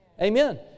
Amen